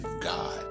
God